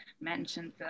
mentioned